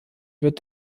wird